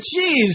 jeez